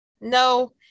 No